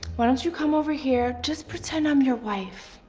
why don't you come over here, just pretend i'm your wife.